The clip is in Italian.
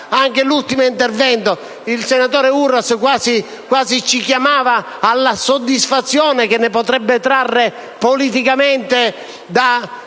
Anche nell'ultimo intervento, il senatore Uras quasi ci chiamava alla soddisfazione che ne potrebbe trarre politicamente da